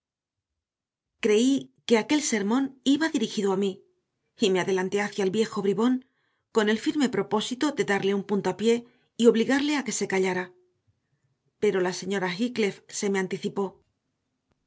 creí que aquel sermón iba dirigido a mí y me adelanté hacia el viejo bribón con el firme propósito de darle un puntapié y obligarle a que se callara pero la señora heathcliff se me anticipó